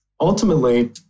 ultimately